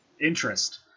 interest